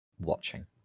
watching